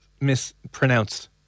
mispronounced